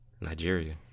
Nigeria